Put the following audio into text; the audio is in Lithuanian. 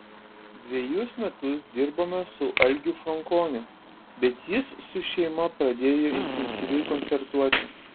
dvejus metus dirbome su algiu frankoniu bet jis su šeima pradėjo intensyviai koncertuoti